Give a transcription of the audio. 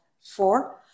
four